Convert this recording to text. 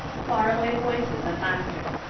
faraway voices and laughter.